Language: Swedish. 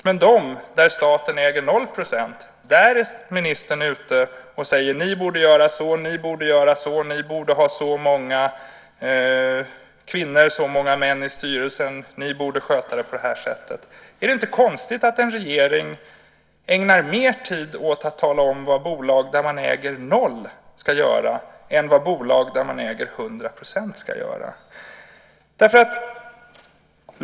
Men i dem där staten äger 0 % är ministern ute och säger: Ni borde göra si, ni borde göra så, ni borde ha så många kvinnor och så många män i styrelsen, ni borde sköta det på det här sättet. Är det inte konstigt att en regering ägnar mer tid åt att tala om vad bolag där man äger 0 % ska göra än vad bolag där man äger 100 % ska göra?